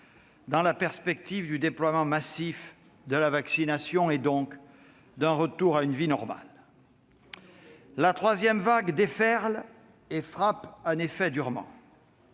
dans la perspective du déploiement massif de la vaccination et donc d'un retour à une vie normale. La troisième vague déferle et frappe durement.